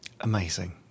Amazing